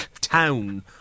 town